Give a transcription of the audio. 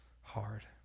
hard